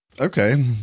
Okay